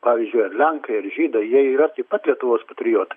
pavyzdžiui ar lenkai ar žydai jie yra taip pat lietuvos patriotai